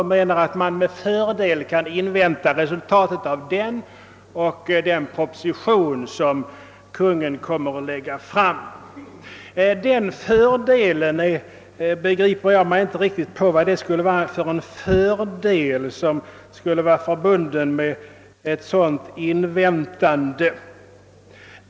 Utskottet skriver att man »med fördel» kan invänta resultatet av utredningen och den proposition som Kungl. Maj:t kommer att lägga fram med anledning av denna. Jag förstår inte riktigt vilken fördel ett sådant inväntande skulle medföra.